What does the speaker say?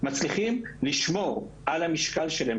מצליחים לשמור על המשקל שלהם,